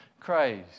Christ